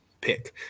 pick